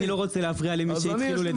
אני לא רוצה להפריע למי שהתחילו לדבר.